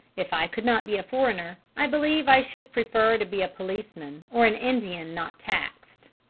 if i could not be a foreigner, i believe i should prefer to be a policeman or an indian not taxed.